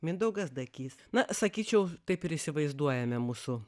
mindaugas dagys na sakyčiau taip ir įsivaizduojame mūsų